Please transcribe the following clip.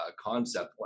concept